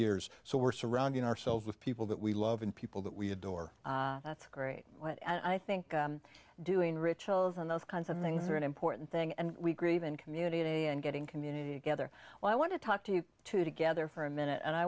years so we're surrounding ourselves with people that we love and people that we adore that's great and i think doing rituals and those kinds of things are an important thing and we grieve in community and getting community together well i want to talk to you two together for a minute and i